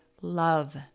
love